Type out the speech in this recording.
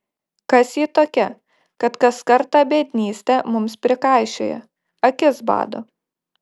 kas ji tokia kad kaskart tą biednystę mums prikaišioja akis bado